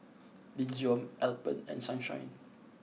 Nin Jiom Alpen and Sunshine